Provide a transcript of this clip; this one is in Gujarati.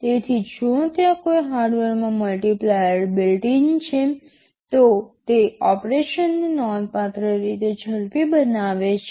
તેથી જો ત્યાં કોઈ હાર્ડવેરમાં મલ્ટીપ્લાયર બિલ્ટ ઈન છે તો તે ઓપરેશનને નોંધપાત્ર રીતે ઝડપી બનાવે છે